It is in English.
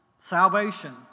Salvation